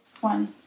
One